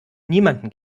niemanden